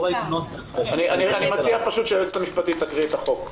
אני מציע שהיועצת המשפטית תקריא את החוק.